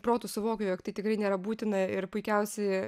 protu suvokiu jog tai tikrai nėra būtina ir puikiausi